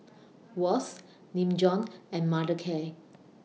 Wall's Nin Jiom and Mothercare